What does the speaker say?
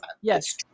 Yes